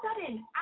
sudden